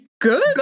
good